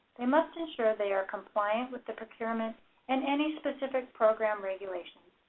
they must ensure they are compliant with the procurement and any specific program regulations.